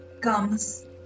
comes